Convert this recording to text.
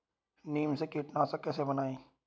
नीम से कीटनाशक कैसे बनाएं?